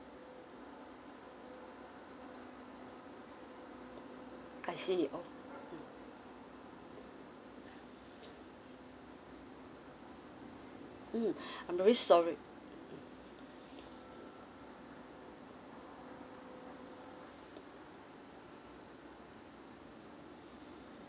I see oh mm I'm very sorry